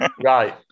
Right